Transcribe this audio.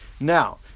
Now